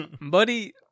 Buddy